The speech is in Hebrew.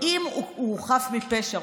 אם הוא חף מפשע,